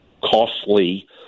costly